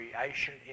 creation